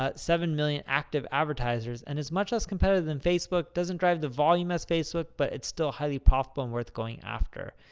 ah seven million active advertisers. and it's much less competitive than facebook. doesn't drive the volume as facebook, but it's still highly profitable and worth going after.